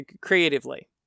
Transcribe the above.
creatively